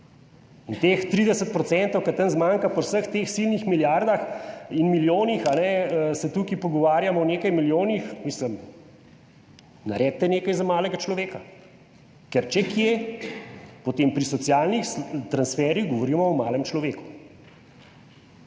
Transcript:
In teh 30 %, ki tam zmanjka, pri vseh teh silnih milijardah in milijonih, tukaj se pogovarjamo o nekaj milijonih, mislim, naredite nekaj za malega človeka. Ker če kje, potem pri socialnih transferjih govorimo o malem človeku.